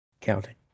Counting